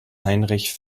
heinrich